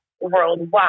worldwide